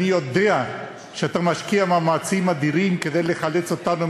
ואני חייב להגיד,